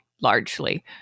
largely